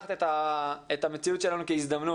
ולקחת את המציאות שלנו כהזדמנות,